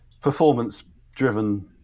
performance-driven